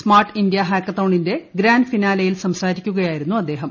smart India ഹാക്കത്തോണിന്റെ grand ഫിനാലെയിൽ സംസാരിക്കുകയായിരുന്നു പ്രധാനമന്ത്രി